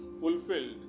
fulfilled